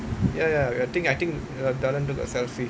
ya ya I think I think darland took a selfie